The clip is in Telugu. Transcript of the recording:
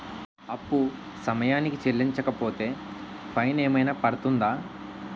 అప్పు సమయానికి చెల్లించకపోతే ఫైన్ ఏమైనా పడ్తుంద?